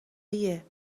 ایه